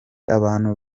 abantu